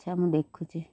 ଆଚ୍ଛା ମୁଁ ଦେଖୁଛି